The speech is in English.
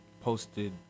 posted